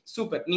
Super